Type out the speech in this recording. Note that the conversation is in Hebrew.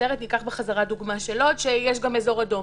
נצרת אלא את הדוגמה של לוד שיש גם אזור אדום,